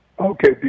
Okay